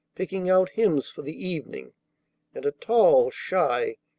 picking out hymns for the evening and a tall, shy,